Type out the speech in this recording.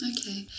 Okay